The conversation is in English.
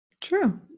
True